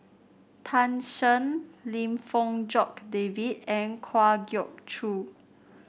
Tan Shen Lim Fong Jock David and Kwa Geok Choo